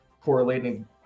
correlating